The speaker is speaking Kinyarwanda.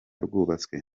rwubatswe